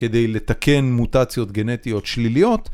כדי לתקן מוטציות גנטיות שליליות.